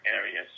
areas